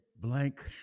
blank